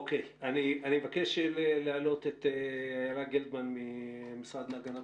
אני מבקש להעלות את אילה גלדמן מהמשרד להגנת